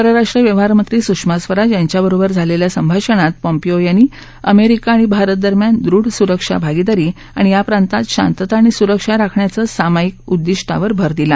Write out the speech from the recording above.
परराष्ट्र व्यवहार मंत्री सुषमा स्वराज यांच्याबरोबर झालेल्या संभाषणात पॉम्पीयो यांनी अमेरिका आणि भारत दरम्यान दृढ सुरक्षा भागिदारी आणि या प्रांतात शांतता आणि सुरक्षा राखण्याचं सामाईक उद्दिष्टावर भर दिला